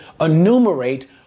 enumerate